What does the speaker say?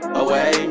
away